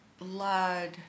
Blood